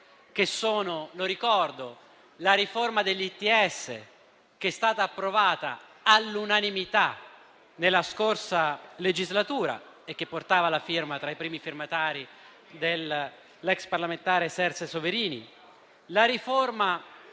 che sono - lo ricordo - la riforma degli ITS - è stata approvata all'unanimità nella scorsa legislatura, e aveva, tra i primi firmatari, l'ex parlamentare Serse Soverini - la riforma